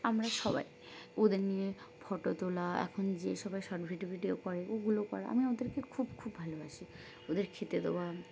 আমরা সবাই ওদের নিয়ে ফটো তোলা এখন যে সবাই শর্ট ভিডিও টিডিও করে ওগুলো করা আমি ওদেরকে খুব খুব ভালোবাসি ওদের খেতে দেওয়া